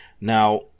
now